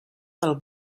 del